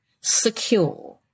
secure